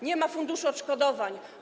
Nie ma funduszy odszkodowań.